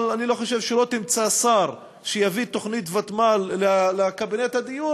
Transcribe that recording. אבל אני לא חושב שתמצא שר שיביא תוכנית ותמ"ל לקבינט הדיור